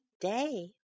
day